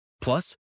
Plus